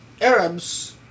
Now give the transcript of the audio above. Arabs